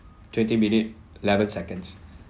yup twenty minute eleven seconds